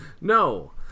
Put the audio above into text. No